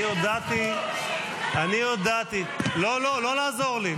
אני הודעתי ------ לא, לא, לא לעזור לי.